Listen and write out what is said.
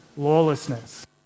lawlessness